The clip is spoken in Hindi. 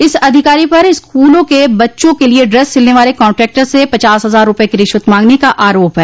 इस अधिकारी पर स्कूलों के बच्चों के लिये ड्रेस सिलने वाले कांट्रैक्टर से पचास हजार रूपये की रिश्वत मांगने का आरोप है